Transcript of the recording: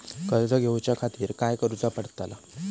कर्ज घेऊच्या खातीर काय करुचा पडतला?